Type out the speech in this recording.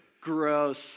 gross